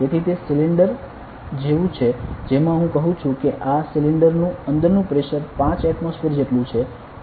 તેથી તે સિલિન્ડર જેવું છે જેમા હું કહું છું કે આ સિલિન્ડર નું અંદરનું પ્રેશર 5 એટમોસફીયર જેટલું છે